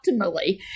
optimally